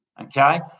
Okay